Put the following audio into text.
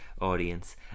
Audience